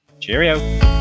Cheerio